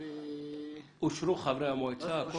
אושרו חברי המועצה?